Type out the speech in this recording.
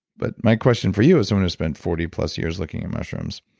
but my question for you as someone who spent forty plus years looking at mushrooms,